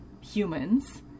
humans